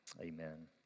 Amen